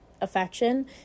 affection